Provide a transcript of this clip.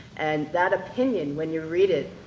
and that opinion, when you read it,